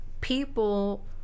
people